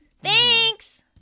Thanks